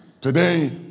Today